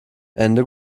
ende